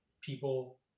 people